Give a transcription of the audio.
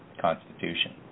constitution